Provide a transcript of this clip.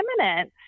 imminent